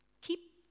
keep